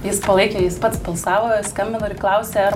jis palaikė jis pats balsavo skambino ir klausė ar